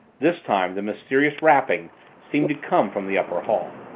this time the mysterious rapping seemed to come from the upper hall.